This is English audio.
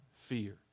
fear